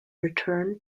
return